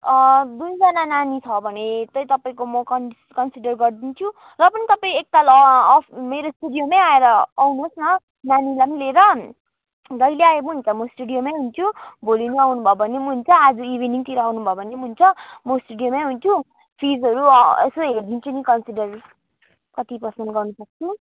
दुईजना नानी छ भने चाहिँ तपाईँको म कन कन्सिडर गरिदिन्छु र पनि तपाईँ एकताल मेरो स्टुडियोमै आएर आउनुहोस् न नानीलाई पनि लिएर जहिल्यै आए पनि हुन्छ म स्टुडियोमै हुन्छु भोलि नै आउनु भयो भने पनि हुन्छ आज इभिनिङतिर आउनु भयो भने पनि हुन्छ म स्टुडियोमै हुन्छु फिजहरू यसो हेरिदिन्छु नि कन्सिडर कति पर्सेन्ट गर्नुसक्छु